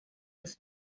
das